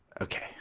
Okay